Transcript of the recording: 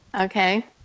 Okay